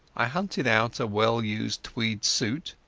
i hunted out a well-used tweed suit,